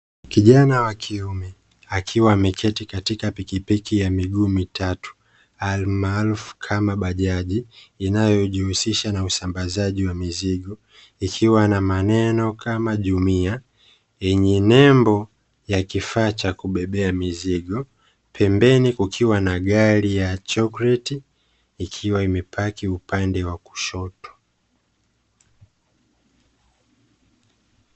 Kijana wa kiume akiwa ameketi katika pikipiki ya miguu mitatu alimaharufu kama bajaji ikiwa inajihushisha na usambazaji wa mizigo ikiwa na maneno kama jumia yenye nembo ya kifaa Cha kubebea mizigo . Pembeni kukiwa na langi ya chocolate ikiwa imepaki upande wa kushoto .